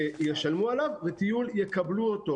ישלמו עליו וטיול יקבלו אותו.